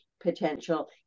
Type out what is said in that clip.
Potential